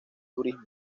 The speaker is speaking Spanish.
turismo